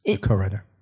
co-writer